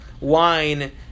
wine